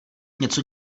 něco